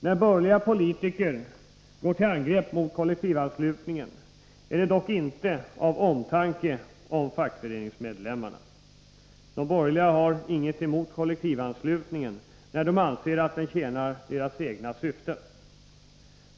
När borgerliga politiker går till angrepp emot kollektivanslutningen är det dock inte av omtanke om fackföreningsmedlemmarna. De borgerliga har inget emot kollektivanslutningen när de anser att den tjänar deras egna syften.